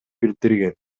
билдирген